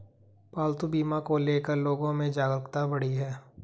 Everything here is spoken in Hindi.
पालतू बीमा को ले कर लोगो में जागरूकता बढ़ी है